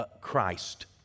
Christ